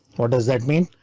what does that mean?